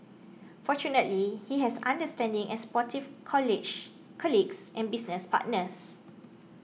fortunately he has understanding and supportive college colleagues and business partners